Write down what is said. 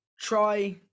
try